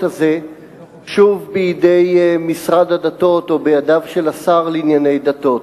הזה שוב בידי משרד הדתות או בידיו של השר לענייני הדתות.